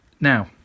Now